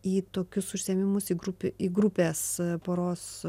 į tokius užsiėmimus į grupių į grupes poros